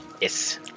Yes